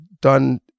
done